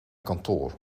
kantoor